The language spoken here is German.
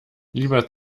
lieber